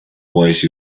voice